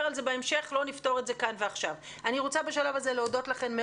אני רוצה להודות לכן.